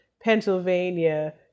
Pennsylvania